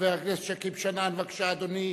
חבר הכנסת שכיב שנאן, בבקשה, אדוני.